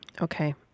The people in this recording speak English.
Okay